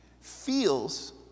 feels